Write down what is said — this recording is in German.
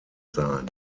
sein